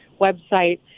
website